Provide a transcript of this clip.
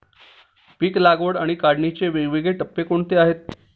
पीक लागवड आणि काढणीचे वेगवेगळे टप्पे कोणते आहेत?